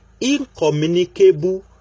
incommunicable